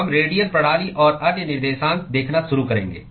हम रेडियल प्रणाली और अन्य निर्देशांक देखना शुरू करेंगे